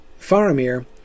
Faramir